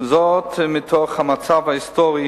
וזאת מתוך המצב ההיסטורי